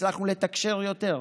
הצלחנו לתקשר יותר,